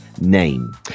name